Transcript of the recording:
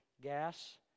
Gas